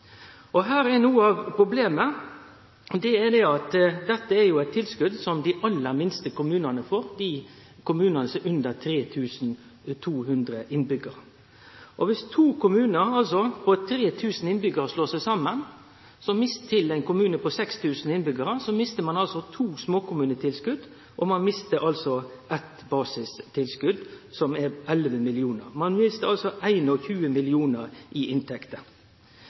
Noko av problemet her er at dette er eit tilskot som dei aller minste kommunane får, dei kommunane som har under 3 200 innbyggjarar. Viss to kommunar på 3 000 innbyggjarar slår seg saman til éin kommune på 6 000 innbyggjarar, mister dei to småkommunetilskot og eitt basistilskot, som er 11 mill. kr. Ein mister altså 21 mill. kr i inntekter.